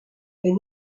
est